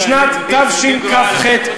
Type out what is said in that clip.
בשנת תשכ"ח,